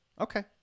okay